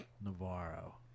Navarro